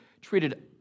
treated